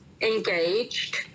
engaged